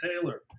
Taylor